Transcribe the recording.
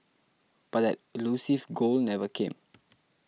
but that elusive goal never came